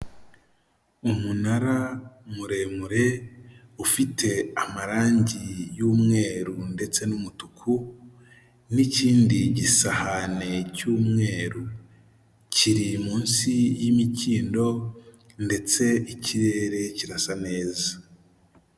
Umunara muremure ufite amarangi y'umweru ndetse n'umutuku n'ikindi gisahane cy'umweru kiri munsi y'imikindo ndetse ikirere kirasa neza.